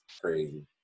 crazy